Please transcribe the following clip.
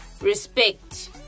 respect